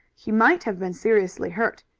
he might have been seriously hurt.